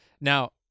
Now